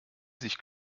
sich